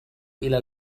إلى